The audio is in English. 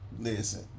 listen